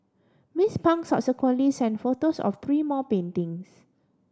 Miss Pang subsequently sent photos of three more paintings